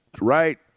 Right